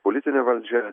politinė valdžia